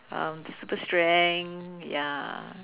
um super strength ya